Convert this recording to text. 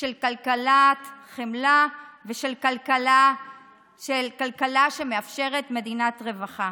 של כלכלת חמלה ושל כלכלה שמאפשרת מדינת רווחה.